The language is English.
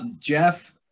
Jeff